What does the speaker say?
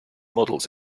models